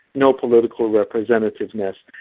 no political representativeness.